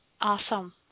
Awesome